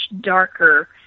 darker